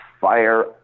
fire